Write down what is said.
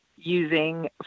using